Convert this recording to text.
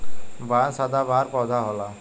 बांस सदाबहार पौधा होला